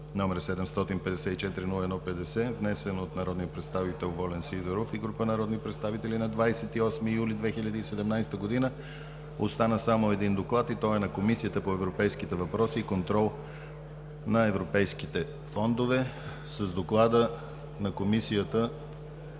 № 745-01-50, внесен от народния представител Волен Сидеров и група народни представители на 28 юли 2017 г. Остана само докладът на Комисията по европейските въпроси и контрол на европейските фондове. С доклада на Комисията